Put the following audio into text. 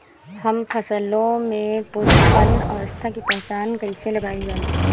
हम फसलों में पुष्पन अवस्था की पहचान कईसे कईल जाला?